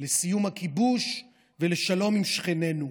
לסיום הכיבוש ולשלום עם שכנינו.